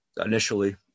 initially